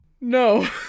No